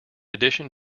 addition